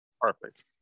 Perfect